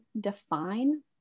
define